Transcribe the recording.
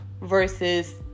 versus